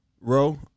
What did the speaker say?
row